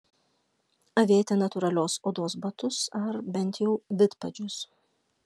avėti natūralios odos batus ar bent jau vidpadžius